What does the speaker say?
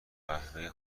قهوه